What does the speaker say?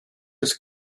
des